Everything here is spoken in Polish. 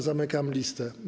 Zamykam listę.